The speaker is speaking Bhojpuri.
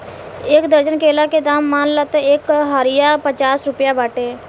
एक दर्जन केला के दाम मान ल त एह घारिया पचास रुपइआ बाटे